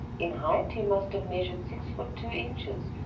in height he must have measured six foot two inches,